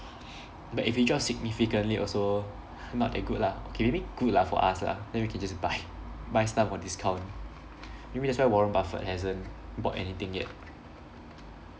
but if it drops significantly also not that good lah okay maybe good lah for us lah then we can just buy buy stock on discount maybe that's why warren buffett hasn't bought anything yet